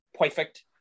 perfect